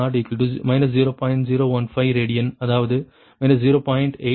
015 radian அதாவது 0